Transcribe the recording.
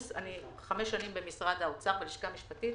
אני חמש שנים במשרד האוצר בלשכה המשפטית,